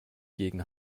gegen